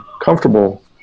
comfortable